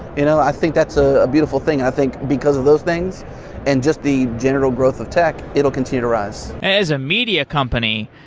you know? i think that's ah a beautiful thing i think because of those things and just the general growth of tech it will continue to rise as a media company,